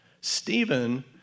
Stephen